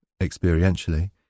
experientially